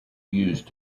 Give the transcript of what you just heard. used